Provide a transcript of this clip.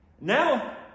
Now